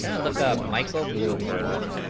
and look ah at michael bloomer